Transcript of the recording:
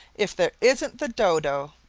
if there isn't the dodo!